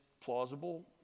plausible